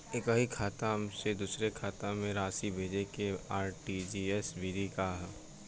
एकह खाता से दूसर खाता में राशि भेजेके आर.टी.जी.एस विधि का ह?